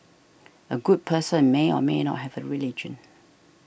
a good person may or may not have a religion